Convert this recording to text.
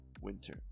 winter